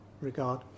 regard